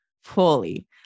fully